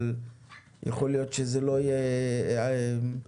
אבל יכול להיות שזה לא יהיה לשנה,